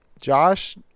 Josh